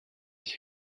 ich